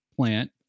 plant